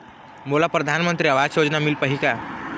मोला परधानमंतरी आवास योजना मिल पाही का?